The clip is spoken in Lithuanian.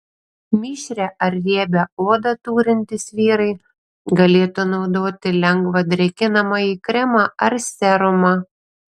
mišrią ar riebią odą turintys vyrai galėtų naudoti lengvą drėkinamąjį kremą ar serumą